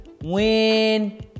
win